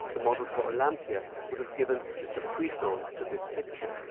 the model for olympia, would have given just a frees song to this picture.